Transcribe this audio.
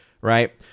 right